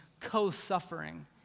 co-suffering